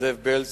זאב בילסקי,